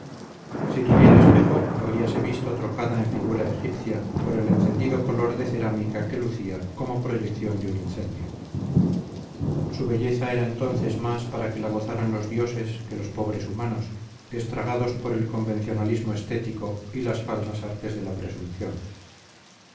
si tuviera espejo habríase visto trocada en figura egipcia por el encendido color de cerámica que lucía como proyección de un incendio su belleza era entonces más para que la gozaran los dioses que los pobres humanos estragados por el convencionalismo estético y las falsas artes de la presunción